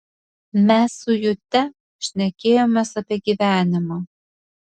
mes su jute šnekėjomės apie gyvenimą